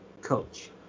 coach